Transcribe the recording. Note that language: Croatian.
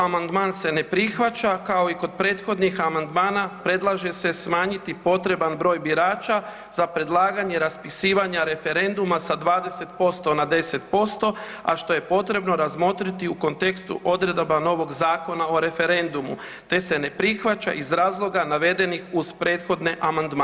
Amandman se ne prihvaća kao i kod prethodnih amandmana predlaže se smanjiti potreban broj birača za predlaganje raspisivanja referenduma sa 20% na 10%, a što je potrebno razmotriti u kontekstu odredaba novog Zakona o referendumu te se ne prihvaća iz razloga navedenih uz prethodne amandmane.